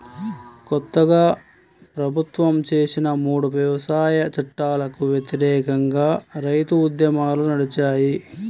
కొత్తగా ప్రభుత్వం చేసిన మూడు వ్యవసాయ చట్టాలకు వ్యతిరేకంగా రైతు ఉద్యమాలు నడిచాయి